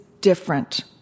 different